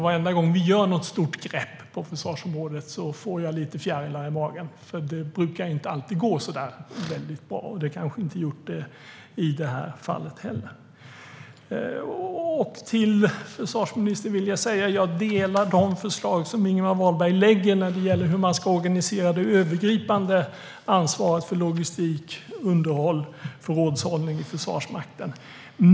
Varenda gång vi tar ett stort grepp på försvarsområdet får jag lite fjärilar i magen, för det brukar inte alltid gå så väldigt bra och har kanske inte gjort det i detta fall heller. Till försvarsministern vill jag säga att jag håller med om de förslag som Ingemar Wahlberg har lagt fram när det gäller hur man ska organisera det övergripande ansvaret för logistik, underhåll och förrådshållning i Försvarsmakten.